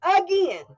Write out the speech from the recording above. again